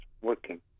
working